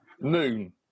moon